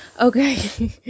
okay